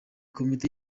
komite